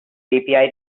api